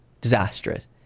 disastrous